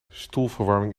stoelverwarming